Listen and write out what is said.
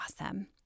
awesome